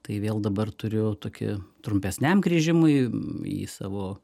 tai vėl dabar turiu tokį trumpesniam grįžimui į savo